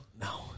No